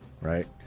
right